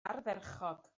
ardderchog